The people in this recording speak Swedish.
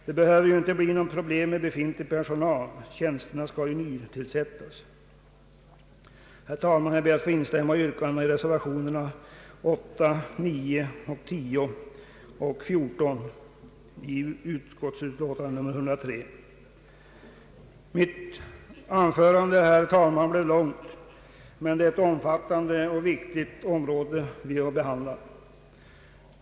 Det behöver ju inte bli något problem med befintlig personal. Tjänsterna skall ju nytillsättas. Herr talman! Jag ber att få instämma i yrkandena i reservationerna 8, 9, 10 och 14 vid statsutskottets utlåtande nr 103. Mitt anförande, herr talman, blev långt, men det är ett omfattande och viktigt område vi behandlar.